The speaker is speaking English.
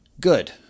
Good